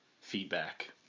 feedback